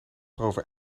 erover